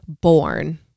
born